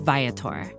Viator